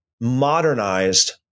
modernized